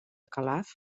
calaf